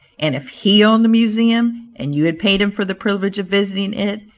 and if he owned the museum, and you had paid him for the privilege of visiting it,